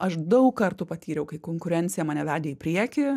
aš daug kartų patyriau kai konkurencija mane vedė į priekį